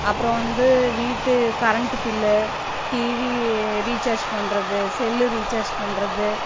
அப்புறம் வந்து வீட்டு கரண்ட்டு பில்லு டிவி ரீசார்ஜ் பண்ணுறது செல்லு ரீசார்ஜ் பண்ணுறது